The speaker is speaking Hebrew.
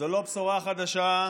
זו לא בשורה חדשה,